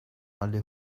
alle